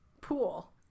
pool